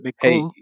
Hey